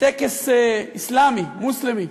בטקס אסלאמי, מוסלמי,